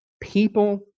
People